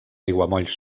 aiguamolls